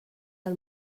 del